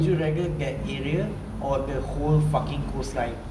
would you rather that area or the whole fucking coastline